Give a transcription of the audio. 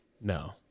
no